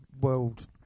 world